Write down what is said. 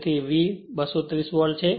તેથી V 230 volt છે